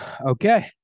Okay